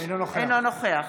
אינו נוכח